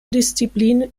disziplin